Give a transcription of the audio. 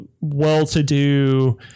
well-to-do